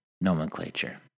nomenclature